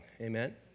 Amen